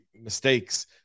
mistakes